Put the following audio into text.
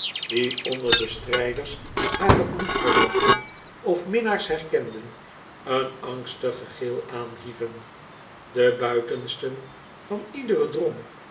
die onder de stridors hare bloedverwanten of minnaars herkenden een angstig gegil aanhieven de buitensten van iederen drom